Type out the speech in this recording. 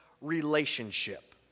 relationship